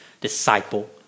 disciple